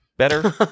Better